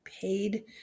paid